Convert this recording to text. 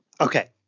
okay